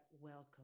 welcome